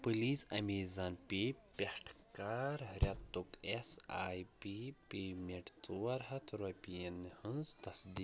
please Amazon Pay پٮ۪ٹھ کَر رٮ۪تُک اٮ۪س آی پی پیمٮ۪نٛٹ ژور ہَتھ رۄپیَن ہٕنٛز تصدی